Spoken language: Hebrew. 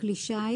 "כלי שיט"